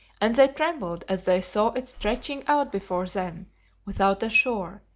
and they trembled as they saw it stretching out before them without a shore,